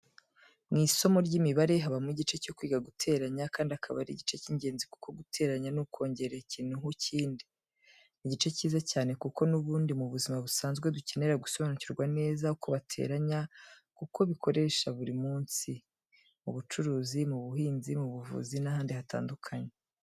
Mu isomo ry'lmibare habamo igice cyo kwiga guteranya kandi akaba ari igice cy'ingenzi kuko guteranya ni ukongera ikintu ho ikindi. Ni igice cyiza cyane kuko n'ubundi mu buzima busanzwe dukenera gusobanukirwa neza uko bateranya kuko bikoresha buri munsi. Mu bucuruzi, mu buhinzi, mu buvuzi n'ahandi hatandukanye.